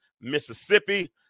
Mississippi